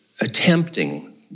attempting